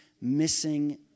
missing